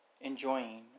enjoying